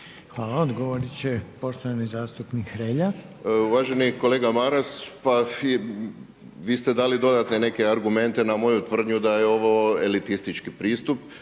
Hvala. Odgovoriti će poštovani zastupnik Hrelja. **Hrelja, Silvano (HSU)** Pa uvaženi kolega Maras, pa vi ste dali dodatne neke argumente na moju tvrdnju da je ovo elitistički pristup